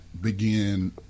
begin